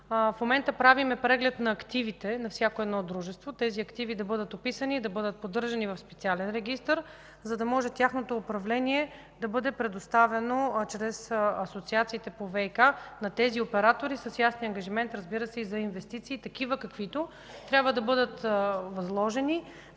в момента правим преглед на активите на всяко дружество. Тези активи трябва да бъдат описани и поддържани в специален регистър, за да може тяхното управление да бъде предоставено чрез асоциациите по ВиК на тези оператори с ясния ангажимент за инвестиции, каквито трябва да бъдат възложени.